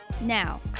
Now